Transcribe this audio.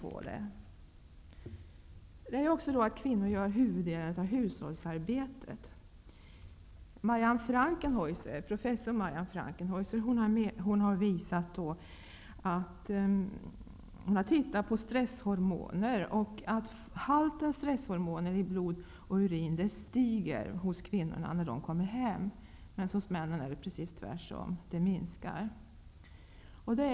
Kvinnorna gör även huvudelen av hushållsarbetet. Professor Marianne Frankenhaeuser har påvisat att halten stresshormoner i blod och urin stiger hos kvinnorna när de kommer hem, medan halten stresshormoner minskar hos männen.